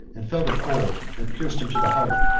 and felt a cold that pierced him to the heart,